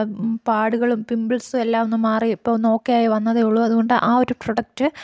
പാടുകളും പിംപിൾസും എല്ലാം ഒന്നു മാറി ഇപ്പോൾ ഒന്ന് ഓക്കെ ആയി വന്നതെ ഉള്ളു അതുകൊണ്ട് ആ ഒരു പ്രൊഡക്റ്റ്